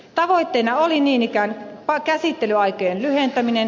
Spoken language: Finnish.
tavoitteena oli niin ikään käsittelyaikojen lyhentäminen